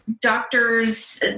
doctor's